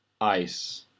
Ice